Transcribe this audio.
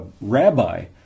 rabbi